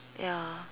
ya